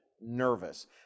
nervous